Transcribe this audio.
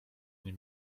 nie